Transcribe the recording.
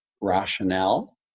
rationale